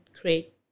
create